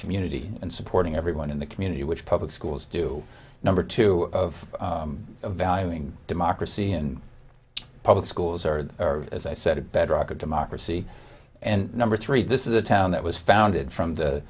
community and supporting everyone in the community which public schools do number two of valuing democracy and public schools are as i said a bedrock of democracy and number three this is a town that was founded from the